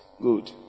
Good